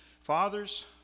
Fathers